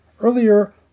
Earlier